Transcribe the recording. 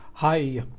Hi